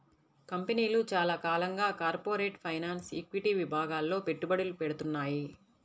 కంపెనీలు చాలా కాలంగా కార్పొరేట్ ఫైనాన్స్, ఈక్విటీ విభాగాల్లో పెట్టుబడులు పెడ్తున్నాయి